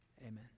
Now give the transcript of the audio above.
Amen